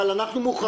אבל אל מול